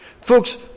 Folks